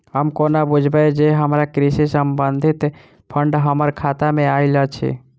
हम कोना बुझबै जे हमरा कृषि संबंधित फंड हम्मर खाता मे आइल अछि?